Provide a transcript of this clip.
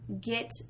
get